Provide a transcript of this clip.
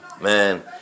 Man